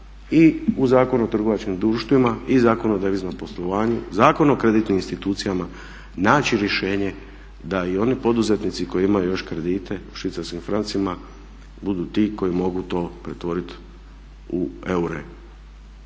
i u Zakon o trgovačkim društvima i Zakon o deviznom poslovanju, Zakon o kreditnim institucijama naći rješenje da i oni poduzetnici koji imaju još kredite u švicarskim francima budu ti koji mogu to pretvoriti u eure.